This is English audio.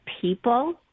people